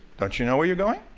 don't you know where you're going?